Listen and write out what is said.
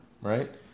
right